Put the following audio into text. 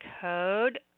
code